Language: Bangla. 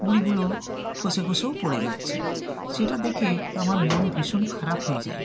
কুঁড়িগুলোও খসে খসেও পড়ে যাচ্ছে সেটা দেখে আমার মন ভীষণ খারাপ হয়ে যায়